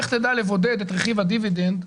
איך תדע לבודד את רכיב הדיבידנד?